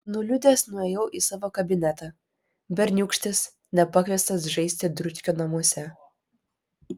nuliūdęs nuėjau į savo kabinetą berniūkštis nepakviestas žaisti dručkio namuose